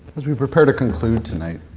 as we prepare to conclude tonight,